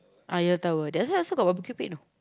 ah ya tahu that's why still got barbecue pay you know